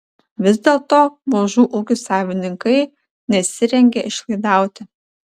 vis dėlto mažų ūkių savininkai nesirengia išlaidauti